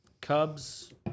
Cubs